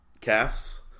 casts